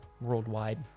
worldwide